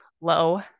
low